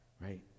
right